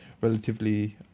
relatively